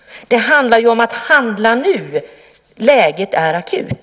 Man måste ju handla nu. Läget är akut.